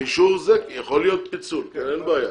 באישור זה יכול להיות פיצול, אין בעיה.